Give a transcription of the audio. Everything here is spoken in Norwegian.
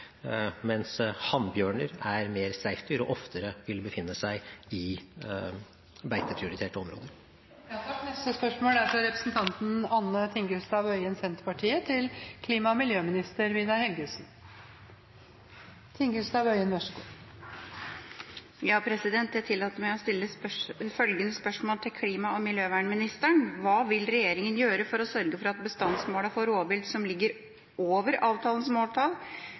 mens hannbjørner er mer streifdyr og oftere vil befinne seg i beiteprioriterte områder. Jeg tillater meg å stille følgende spørsmål til klima- og miljøministeren: «Hva vil regjeringen gjøre for å sørge for at bestandsmålene for rovvilt som ligger over avtalens måltall, kommer ned på avtalte måltall slik at rovviltforlikets todelte målsetting om fortsatt beitebruk i hele landet sikres?» De siste endelige bestandstallene viser at vi ligger under bestandsmålet for